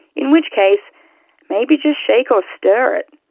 in which case maybe just shake or stir it.